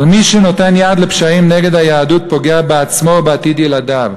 אבל מי שנותן יד לפשעים נגד היהדות פוגע בעצמו ובעתיד ילדיו,